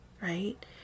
right